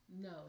No